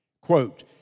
Quote